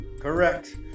Correct